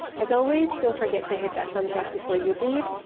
as always, don't forget to hit that thumbs up before you leave,